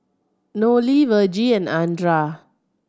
Nolie Vergie and Andra